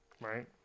right